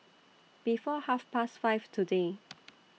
before Half Past five today